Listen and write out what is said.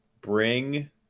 bring